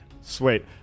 Sweet